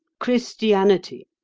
christianity,